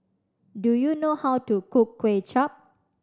do you know how to cook Kuay Chap